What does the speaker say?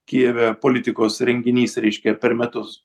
kijeve politikos renginys reiškia per metus